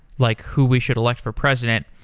like who we should elect for president,